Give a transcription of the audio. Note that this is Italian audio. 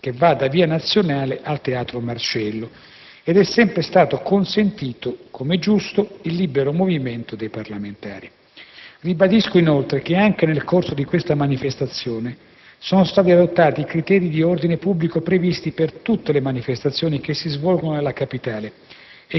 che va da via Nazionale al Teatro di Marcello, ed è sempre stato consentito - come è giusto - il libero movimento dei parlamentari. Ribadisco, inoltre, che anche nel corso di questa manifestazione sono stati adottati i criteri di ordine pubblico previsti per tutte le manifestazioni che si svolgono nella capitale